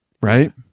Right